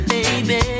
Baby